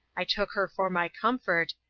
i took her for my comfort,